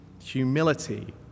humility